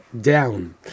down